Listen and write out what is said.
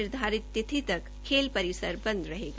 निर्धारित तिथि तक खेल परिसर बंद रहेगा